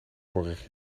vorig